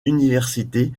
université